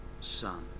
son